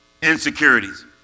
insecurities